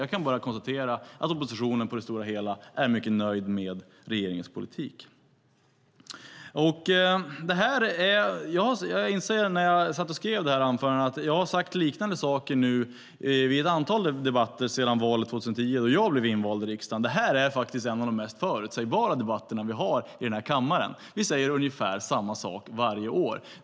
Jag kan bara konstatera att oppositionen på det stora hela är mycket nöjd med regeringens politik. När jag satt och skrev det här anförandet insåg jag att jag har sagt liknande saker i ett antal debatter sedan jag blev invald i riksdagen i valet 2010. Det här är faktiskt en av de mest förutsägbara debatter vi har här i kammaren. Vi säger ungefär samma sak varje år.